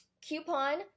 Coupon